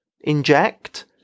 inject